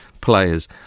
players